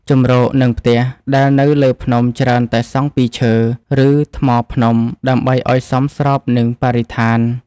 ជម្រក និងផ្ទះ ដែលនៅលើភ្នំច្រើនតែសង់ពីឈើ ឬថ្មភ្នំដើម្បីឱ្យសមស្របនឹងបរិស្ថាន។